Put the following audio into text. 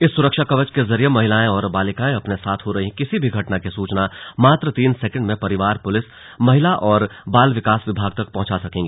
इस सुरक्षा कवच के जरिए महिलाएं और बालिकाएं अपने साथ हो रही किसी भी घटना की सूचना मात्र तीन सैकेंड में परिवार पुलिस महिला और बाल विकास विभाग तक पहंचा सकेंगी